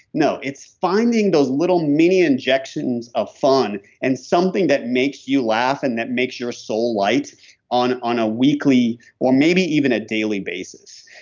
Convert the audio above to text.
no, it's finding those little mini injections of fun and something that makes you laugh and that makes your soul light on on a weekly or maybe even a daily basis.